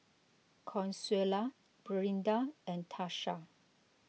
Consuela Brinda and Tarsha